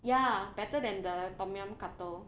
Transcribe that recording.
ya better than the tom yum curry